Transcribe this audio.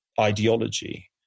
ideology